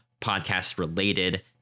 podcast-related